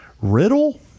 Riddle